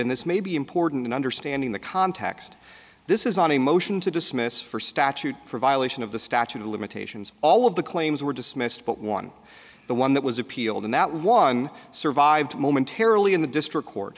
in this may be important in understanding the context this is on a motion to dismiss for statute for violation of the statute of limitations all of the claims were dismissed but one the one that was appealed and that one survived momentarily in the district court